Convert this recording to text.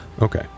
Okay